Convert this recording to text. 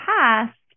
past